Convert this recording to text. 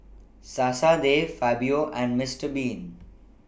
Sasa De Fabio and Mister Bean